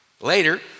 Later